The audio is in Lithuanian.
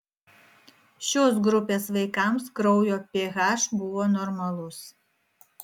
šios grupės vaikams kraujo ph buvo normalus